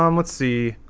um let's see